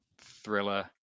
thriller